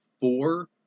four